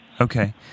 okay